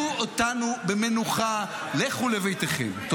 אצלך הגיעו --- 20% בפחות משנה.